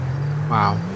Wow